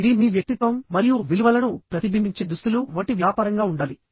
ఇది మీ వ్యక్తిత్వం మరియు విలువలను ప్రతిబింబించే దుస్తులు వంటి వ్యాపారంగా ఉండాలి